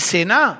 Sena